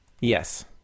Yes